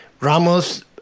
Ramos –